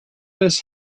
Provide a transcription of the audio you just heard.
this